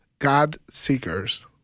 God-seekers